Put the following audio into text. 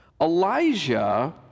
Elijah